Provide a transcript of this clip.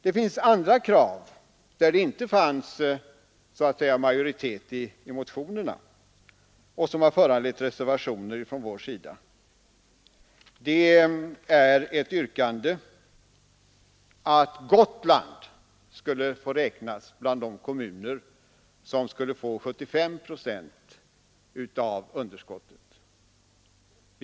Det finns andra krav i motionerna för vilka det inte fanns så att säga majoritet och som har föranlett reservationer från vår sida. I en reservation har yrkats att Gotland skulle få räknas bland de kommuner som får 75 procent av underskottet täckt genom statsbidrag.